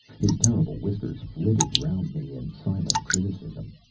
his terrible whiskers flitted round me in silent criticism.